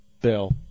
Bill